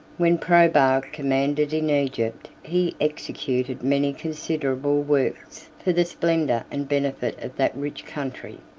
when probus commanded in egypt, he executed many considerable works for the splendor and benefit of that rich country.